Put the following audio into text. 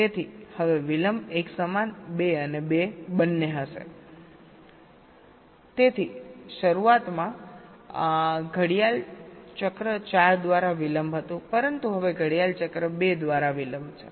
તેથી હવે વિલંબ એકસમાન 2 અને 2 બને છે તેથી શરૂઆતમાં ઘડિયાળ ચક્ર 4 દ્વાર વિલંબ હતું પરંતુ હવે ઘડિયાળ ચક્ર 2 દ્વાર વિલંબ છે